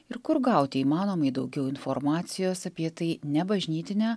ir kur gauti įmanomai daugiau informacijos apie tai ne bažnytine